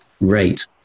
rate